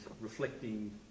reflecting